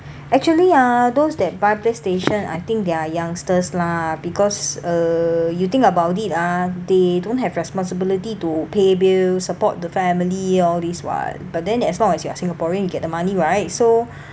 actually ah those that buy playstation I think they're youngsters lah because uh you think about it ah they don't have responsibility to pay bill support the family all this [what] but then as long as you are singaporean get the money right so